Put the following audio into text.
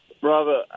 Brother